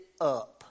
up